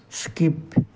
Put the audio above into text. skip